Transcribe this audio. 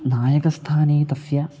नायकस्थाने तस्य